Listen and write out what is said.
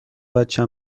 بچه